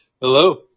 Hello